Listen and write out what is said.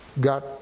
got